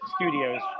studios